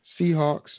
Seahawks